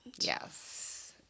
Yes